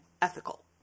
Ethical